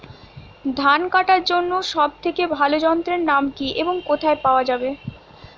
ধান কাটার জন্য সব থেকে ভালো যন্ত্রের নাম কি এবং কোথায় পাওয়া যাবে?